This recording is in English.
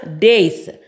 days